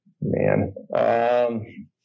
man